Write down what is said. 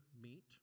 meet